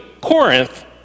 Corinth